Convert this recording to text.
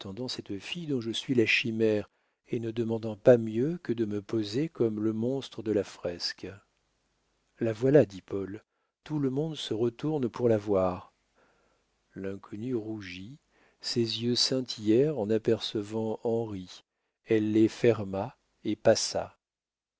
cette fille dont je suis la chimère et ne demandant pas mieux que de me poser comme le monstre de la fresque la voilà dit paul tout le monde se retourne pour la voir l'inconnue rougit ses yeux scintillèrent en apercevant henri elle les ferma et passa